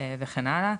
וכן הלאה.